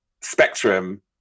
spectrum